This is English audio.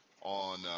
on